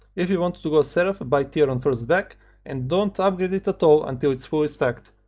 if you want to go seraph, buy tear on first back and dont upgrade it at all until its fully stacked,